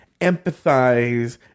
empathize